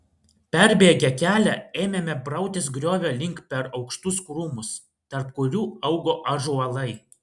perbėgę kelią ėmėme brautis griovio link per aukštus krūmus tarp kurių augo ąžuolai